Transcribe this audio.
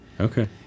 Okay